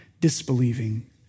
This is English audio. disbelieving